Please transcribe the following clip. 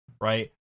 Right